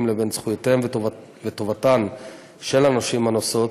לבין זכויותיהם וטובתן של הנשים הנושאות,